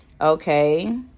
Okay